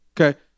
Okay